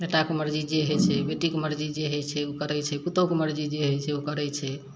बेटाक मरजी जे हइ छै बेटीक मरजी जे हइ छै ओ करै छै पुतहुँ कऽ मरजी जे हइ छै ओ करै छै